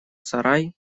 сарай